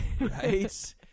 right